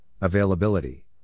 Availability